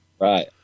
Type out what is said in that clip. Right